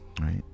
Right